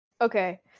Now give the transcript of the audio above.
Okay